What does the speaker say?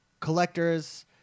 Collectors